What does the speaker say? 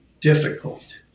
difficult